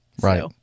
Right